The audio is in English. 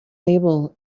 able